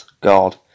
God